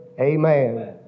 Amen